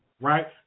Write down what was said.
right